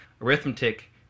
arithmetic